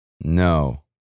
No